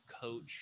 coach